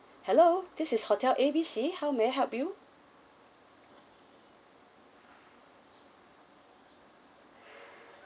hello this is hotel A B C how may I help you